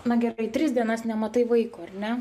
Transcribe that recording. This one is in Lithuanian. na gerai tris dienas nematai vaiko ar ne